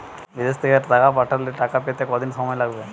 বিদেশ থেকে টাকা পাঠালে টাকা পেতে কদিন সময় লাগবে?